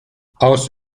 aus